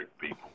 people